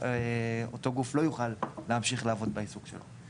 ואותו גוף לא יוכל להמשיך לעבוד בעיסוק שלו.